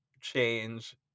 change